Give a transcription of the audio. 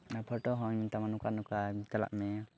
ᱟᱨ photo ᱦᱚᱸᱭ ᱢᱮᱛᱟᱢᱟ ᱱᱚᱝᱠᱟ ᱱᱚᱝᱠᱟ ᱪᱟᱞᱟᱜ ᱢᱮ